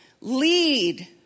Lead